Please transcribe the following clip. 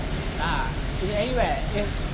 tak in anywhere